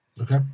Okay